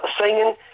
singing